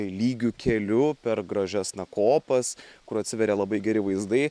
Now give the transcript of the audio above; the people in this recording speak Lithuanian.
lygiu keliu per gražias na kopas kur atsiveria labai geri vaizdai